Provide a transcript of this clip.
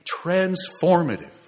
transformative